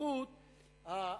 זכות השבות.